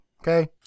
Okay